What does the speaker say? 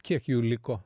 kiek jų liko